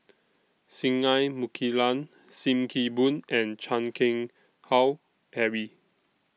Singai Mukilan SIM Kee Boon and Chan Keng Howe Harry